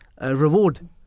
reward